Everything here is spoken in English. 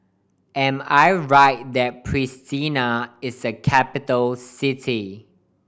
am I right that Pristina is a capital city